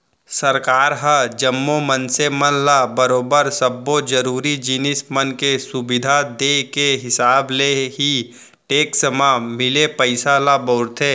सरकार ह जम्मो मनसे मन ल बरोबर सब्बो जरुरी जिनिस मन के सुबिधा देय के हिसाब ले ही टेक्स म मिले पइसा ल बउरथे